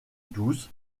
douce